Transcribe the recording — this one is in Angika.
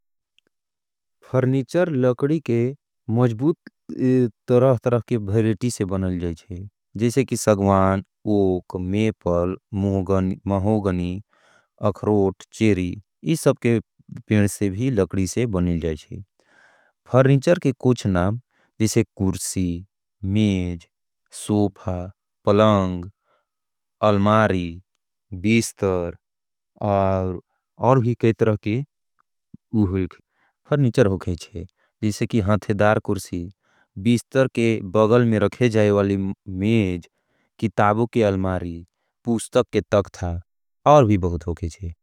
फर्णीचर लकड़ी के मजबूत तरह तरह के बहरेटी से बनिल जाएँचे। जैसे कि सग्वान, ओक, मेपल, महोगनी, अखरोट, चेरी इस सब के पेंड से भी लकड़ी से बनिल जाएँचे। फर्णीचर के कुछ नाम, जैसे कुरसी, मेज, सोफ़ा, पलंग, अलमारी, बीस्तर और और भी कई तरह के फर्णीचर होगे जैसे कि हंतेदार कुरसी, बीस्तर के बगल में रखे जाएवाली मेज, कितावों के अलमारी, पूस्तक के तकथा और भी बहुत होगे जैसे।